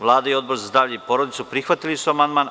Vlada i Odbor za zdravlje i porodicu su prihvatili amandman.